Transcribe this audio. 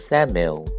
Samuel